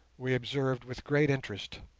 we observed with great interest.